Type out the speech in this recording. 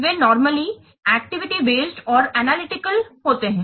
वे normally activity based और analytical होते हैं